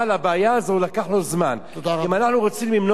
אם אנחנו רוצים למנוע את זה אנחנו יכולים, היום.